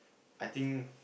I think